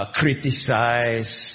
criticize